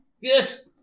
Yes